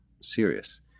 serious